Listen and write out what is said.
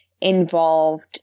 involved